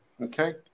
Okay